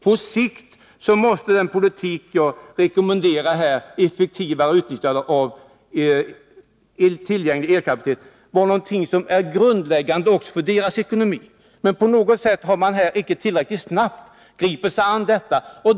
På sikt måste den politik jag rekommenderar, effektivare utnyttjande av tillgänglig elkapacitet, vara någonting som är grundläggande också för kraftbolagens ekonomi. Men på något sätt har man icke tillräckligt snabbt gripit sig an detta.